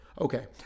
Okay